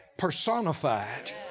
personified